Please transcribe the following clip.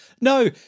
No